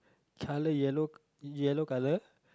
colour yellow yellow colour